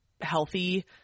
healthy